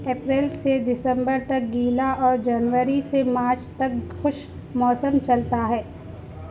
April سے دسمبر تک گیلا اور جنوری سے مارچ تک خشک موسم چلتا ہے